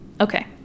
Okay